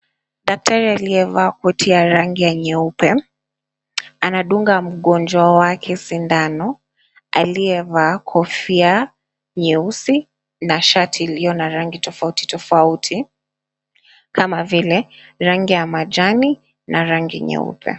Daktari aliyevaa koti ya rangi ya nyeupe anadunga mgonjwa wake sindano, aliyevaa kofia nyeusi na shati iliyo na rangi tofauti tofauti, kama vile rangi ya majani na rangi nyeupe.